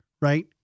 right